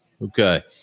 Okay